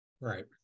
right